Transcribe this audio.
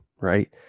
right